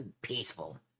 peaceful